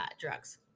drugs